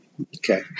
Okay